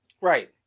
Right